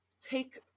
take